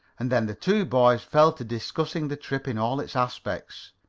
and then the two boys fell to discussing the trip in all its aspects.